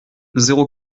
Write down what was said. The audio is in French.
zéro